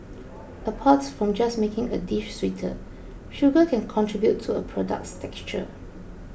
apart from just making a dish sweeter sugar can contribute to a product's texture